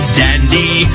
dandy